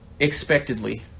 expectedly